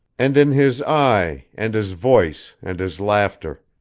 and in his eye, and his voice, and his laughter.